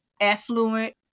affluent